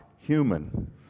Human